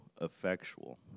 effectual